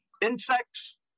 insects